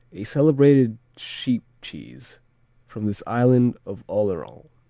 a celebrated sheep cheese from this island of oleron.